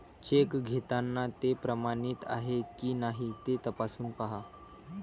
check घेताना ते प्रमाणित आहे की नाही ते तपासून पाहा